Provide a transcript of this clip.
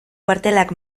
kuartelak